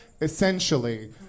essentially